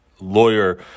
lawyer